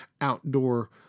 outdoor